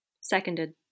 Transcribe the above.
Seconded